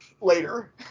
later